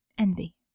envy